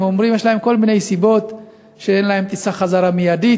והם אומרים שיש להם כל מיני סיבות: אין להם טיסה חזרה מיידית,